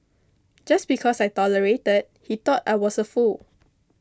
just because I tolerated that he thought I was a fool